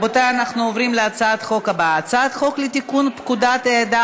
בעד, 44, נגד,